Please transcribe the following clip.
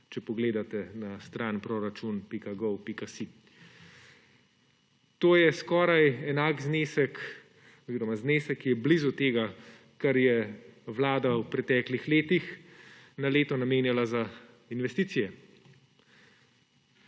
če pogledate na stran proracun.gov.si. To je znesek, ki je blizu tega, kar je Vlada v preteklih letih na leto namenjala za investicije.